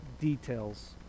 details